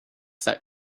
that